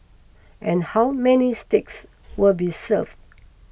and how many steaks will be served